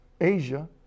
Asia